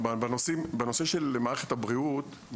בנושא של מערכת הבריאות,